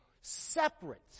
separate